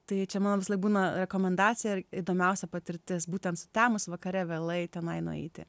tai čia mano visą laik būna rekomendacija įdomiausia patirtis būtent sutemus vakare vėlai tenai nueiti